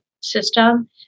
system